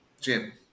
Jim